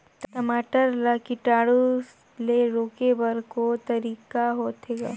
टमाटर ला कीटाणु ले रोके बर को तरीका होथे ग?